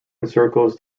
encircles